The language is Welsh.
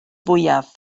fwyaf